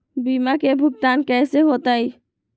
बीमा के भुगतान कैसे होतइ?